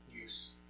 use